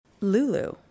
Lulu